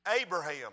Abraham